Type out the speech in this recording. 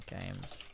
games